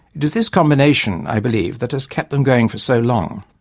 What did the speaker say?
it is this combination, i believe, that has kept them going for so long.